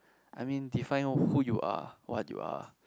I mean define who you are what you are